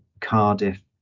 Cardiff